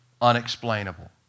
unexplainable